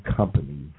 company